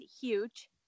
huge